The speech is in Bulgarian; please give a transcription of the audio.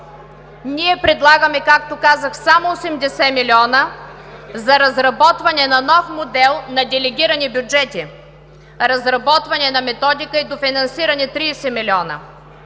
Ние предлагаме, както казах, само 80 млн. лв. за разработване на нов модел на делегирани бюджети, разработване на методика и дофинансиране – 30 млн.